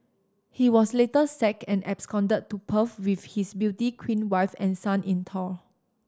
he was later sacked and absconded to Perth with his beauty queen wife and son in tow